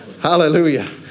Hallelujah